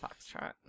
Foxtrot